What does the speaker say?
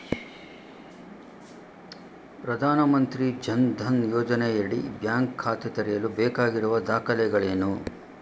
ಪ್ರಧಾನಮಂತ್ರಿ ಜನ್ ಧನ್ ಯೋಜನೆಯಡಿ ಬ್ಯಾಂಕ್ ಖಾತೆ ತೆರೆಯಲು ಬೇಕಾಗಿರುವ ದಾಖಲೆಗಳೇನು?